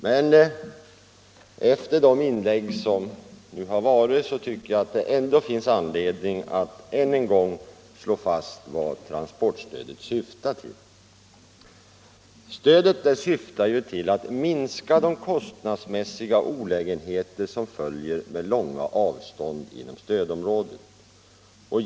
Men efter de inlägg som har gjorts här tycker jag att det finns anledning att än en gång slå fast vad transportstödet syftar till. Det syftar till att minska de kostnadsmässiga olägenheter som följer med långa avstånd inom stödområdet.